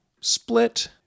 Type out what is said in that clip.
split